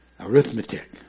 Arithmetic